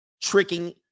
tricking